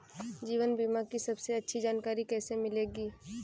जीवन बीमा की सबसे अच्छी जानकारी कैसे मिलेगी?